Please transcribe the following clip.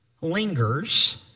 lingers